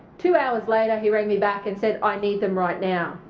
two hours later he rang me back and said, i need them right now.